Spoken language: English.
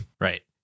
Right